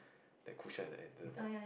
that cushion at the end the bo~